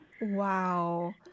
Wow